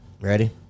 Ready